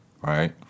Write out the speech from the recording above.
right